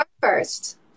first